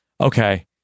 okay